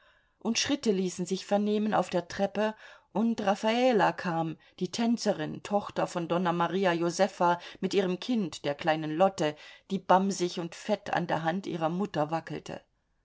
und schritte ließen sich vernehmen auf der treppe und raffala kam die tänzerin tochter von donna maria josefa mit ihrem kind der kleinen lotte die bamsig und fett an der hand ihrer mutter wackelte